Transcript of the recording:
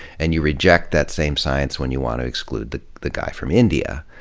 and you reject that same science when you want to exclude the the guy from india.